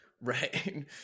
Right